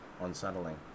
unsettling